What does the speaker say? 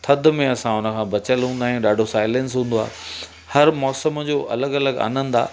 थदि में असां उन खां बचल हूंदा आहियूं ॾाढो साइलैंस हूंदो आहे हर मौसम जो अलॻि अलॻि आनंद आहे